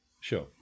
sure